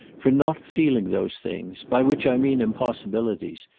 for not feeling those things by which i mean impossibilities.